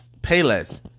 Payless